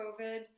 COVID